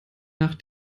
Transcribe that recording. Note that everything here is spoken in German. nach